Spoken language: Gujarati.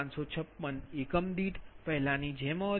556 એકમ દીઠ પહેલાની જેમ જ